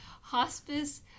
Hospice